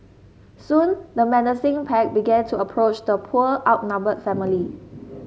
soon the menacing pack began to approach the poor outnumbered family